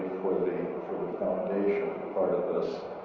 the foundation part of this.